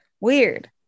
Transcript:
weird